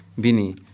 Bini